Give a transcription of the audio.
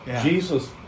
Jesus